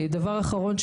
דבר אחרון,